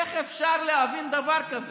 איך אפשר להבין דבר כזה?